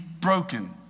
broken